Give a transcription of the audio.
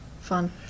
Fun